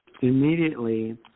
immediately